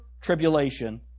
tribulation